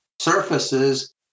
surfaces